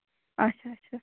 اَچھا اَچھا